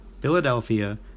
Philadelphia